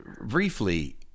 briefly